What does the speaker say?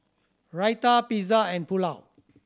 Raita Pizza and Pulao